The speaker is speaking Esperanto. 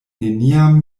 neniam